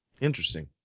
Interesting